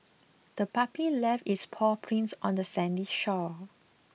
the puppy left its paw prints on the sandy shore